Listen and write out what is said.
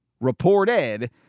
reported